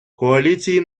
коаліції